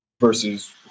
versus